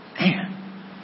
Man